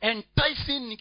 Enticing